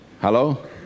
Hello